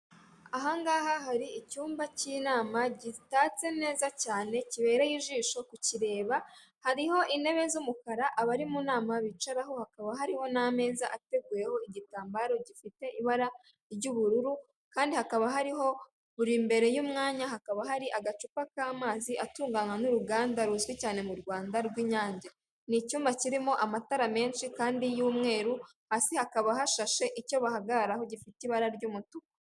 Ahangaha hari icyumba cy'inama gitatse neza cyane kibereye ijisho kukireba, hariho intebe z'umukara abari mu nama bicaraho hakaba hariho n'amezaza ateguyeho igitambaro gifite ibara ry'ubururu kandi hakaba hariho buri mbere y'umwanya hakaba hari agacupa k'amazi atunganywa n'uruganda ruzwi cyane mu rwanda rw'inyange. Ni icyumba kirimo amatara menshi kandi y'umweru hasi hakaba hashashe icyo bahagararaho gifite ibara ry'umutuku.